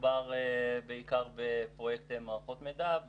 מדובר בעיקר בפרויקטי מערכות מידע,